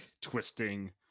twisting